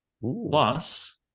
Plus